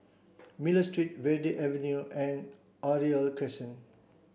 Miller Street Verde Avenue and Oriole Crescent